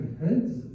heads